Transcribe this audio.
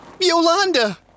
Yolanda